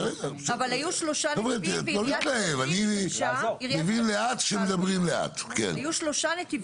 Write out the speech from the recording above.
היו שלושה נתיבים סביב כפר